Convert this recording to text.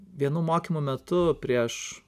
vienų mokymų metu prieš